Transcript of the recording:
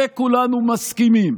על זה כולנו מסכימים.